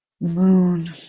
moon